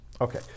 Okay